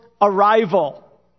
arrival